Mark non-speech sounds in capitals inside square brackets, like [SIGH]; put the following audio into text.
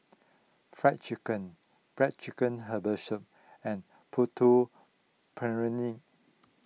Fried Chicken Black Chicken Herbal Soup and Putu [UNINTELLIGIBLE]